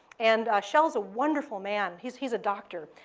and kjell's a wonderful man. he's he's a doctor,